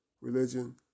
religion